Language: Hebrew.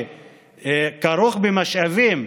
שכרוך במשאבים,